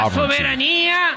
sovereignty